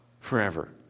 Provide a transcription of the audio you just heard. forever